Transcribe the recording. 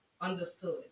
understood